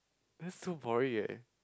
that's so borry eh